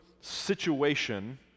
situation—